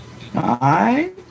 Hi